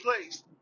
place